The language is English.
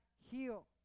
heal